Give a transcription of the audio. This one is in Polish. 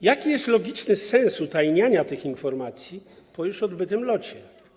Jaki jest logiczny sens utajniania tych informacji już po odbytym locie?